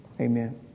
Amen